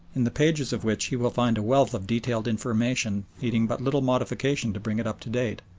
in the pages of which he will find a wealth of detailed information needing but little modification to bring it up to date,